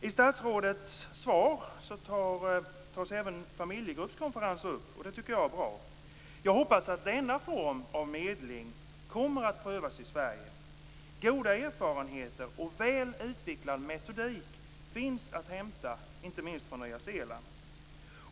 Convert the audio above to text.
I statsrådets svar tas även familjegruppskonferenser upp. Det tycker jag är bra. Jag hoppas att denna form av medling kommer att prövas i Sverige. Goda erfarenheter och väl utvecklad metodik finns att hämta - inte minst från Nya Zeeland.